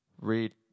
read